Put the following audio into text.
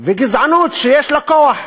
וגזענות שיש לה כוח.